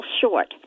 short